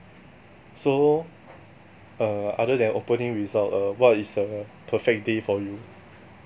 so err other than opening result err what is a perfect day for you